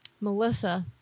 Melissa